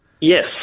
Yes